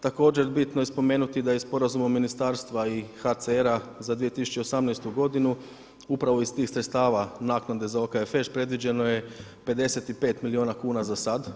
Također, bitno je spomenuti da je sporazumom Ministarstva i HCR-a za 2018. godinu upravo iz tih sredstava naknade za OKFŠ predviđeno je 55 miliona kuna za sad.